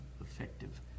effective